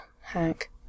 Hank